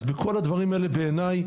אז בכל הדברים האלה בעיניי,